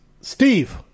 Steve